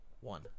One